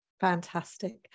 fantastic